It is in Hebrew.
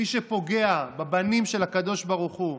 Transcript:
מי שפוגע בבנים של הקדוש ברוך הוא,